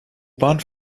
bahn